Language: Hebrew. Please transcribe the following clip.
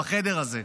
בחדר הזה.